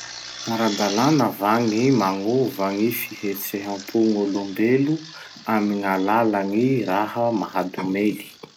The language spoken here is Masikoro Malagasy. Ara-dalàna va gny magnova gny fihetseham-pon'olombelo amy gn'alalan'ny raha-mahadomely?